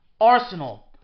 Arsenal